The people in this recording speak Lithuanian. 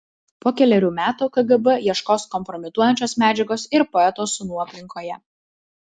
po kelerių metų kgb ieškos kompromituojančios medžiagos ir poeto sūnų aplinkoje